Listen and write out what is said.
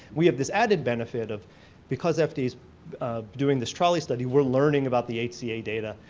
we have this added benefit of because fda is doing this trali study we're learning about the hca data,